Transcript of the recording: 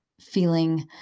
feeling